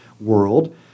world